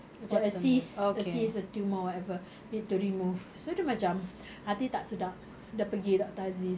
macam a cyst a cyst a tumour or whatever need to remove so dia macam hati tak sedap dia pergi doctor aziz